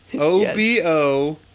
O-B-O